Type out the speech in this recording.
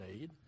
need